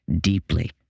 deeply